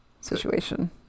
situation